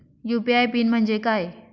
UPI PIN म्हणजे काय?